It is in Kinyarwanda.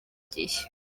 gihe